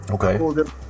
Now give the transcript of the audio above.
Okay